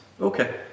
Okay